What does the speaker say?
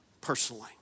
personally